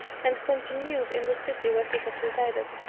and continued in the city where he had resided.